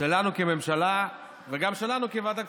שלנו כממשלה, וגם שלנו כוועדת כספים,